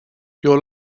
your